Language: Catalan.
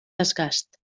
desgast